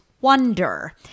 wonder